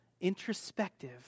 introspective